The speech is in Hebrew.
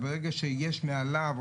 ברגע שיש מעליו,